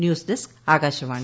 news desk Akashvani